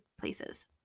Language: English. places